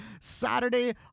Saturday